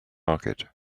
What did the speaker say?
market